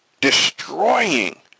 destroying